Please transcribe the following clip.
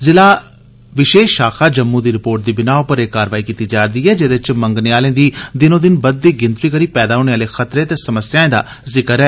ज़िला विशेष शाखा जम्मू दी रिपोर्ट दी बिनाह पर एह कारवाई कीती जा'रदी ऐ जेह्दे च मंगने आलें दी दिनो दिन बघदी गिनतरी करी पैदा होने आले खतरे ते समस्याएं दा जिक्र ऐ